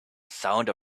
sound